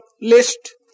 list